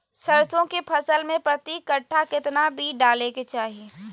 सरसों के फसल में प्रति कट्ठा कितना बिया डाले के चाही?